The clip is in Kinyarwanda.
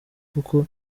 kuko